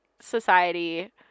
Society